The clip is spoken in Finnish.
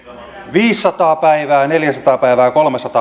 viisisataa päivää neljäsataa päivää